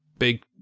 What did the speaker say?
Big